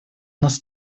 нас